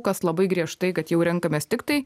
kas labai griežtai kad jau renkamės tiktai